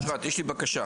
אשרת, יש לי בקשה.